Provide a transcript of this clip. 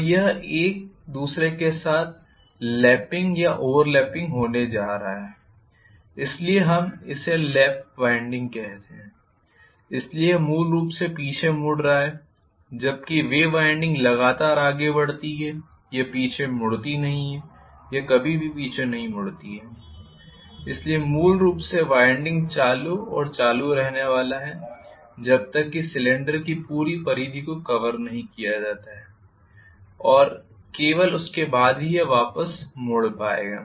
तो यह एक दूसरे के साथ लैपिंग या ओवरलैपिंग होने जा रहा है इसलिए हम इसे लैप वाइंडिंग कहते हैं इसलिए यह मूल रूप से पीछे मुड़ रहा है जबकि वेव वाइंडिंग लगातार आगे बढ़ती है यह पीछे मुड़ती नहीं है यह कभी भी पीछे मुड़ती नहीं है इसलिए मूल रूप से वाइंडिंग चालू और चालू रहने वाला है जब तक कि सिलेंडर की पूरी परिधि को कवर नहीं किया जाता है और केवल उसके बाद ही यह वापस मुड़ पाएगा